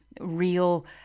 real